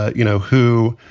you know, who